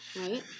Right